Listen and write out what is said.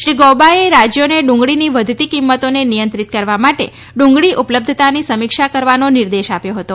શ્રી ગૌબાએ રાજ્યોને ડુંગળીની વધતી કિંમતોને નિયંત્રિત કરવા માટે ડુંગળી ઉપલબ્ધતાની સમીક્ષા કરવાનો નિર્દેશ આપ્યો હતો